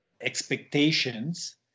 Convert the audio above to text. Expectations